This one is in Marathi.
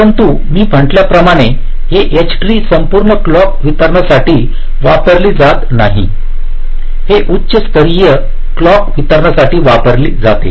परंतु मी म्हटल्याप्रमाणे हे H ट्री संपूर्ण क्लॉक वितरणासाठी वापरली जात नाही हे उच्च स्तरीय क्लॉक वितरणासाठी वापरले जाते